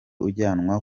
ujyanwa